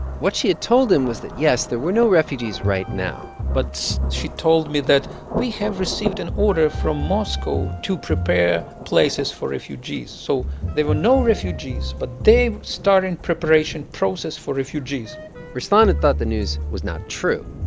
what she had told him was that, yes, there were no refugees right now but she told me that we have received an order from moscow to prepare places for refugees. so there were no refugees, but they starting preparation process for refugees ruslan had thought the news was not true.